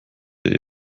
der